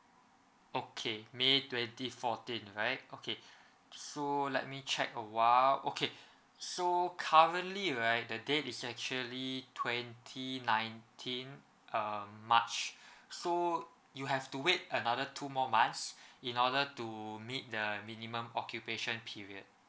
okay may twenty fourteen right okay so let me check a while okay so currently right the date is actually twenty nineteen um march so you have to wait another two more months in order to meet the minimum occupation period